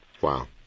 Wow